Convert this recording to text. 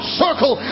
circle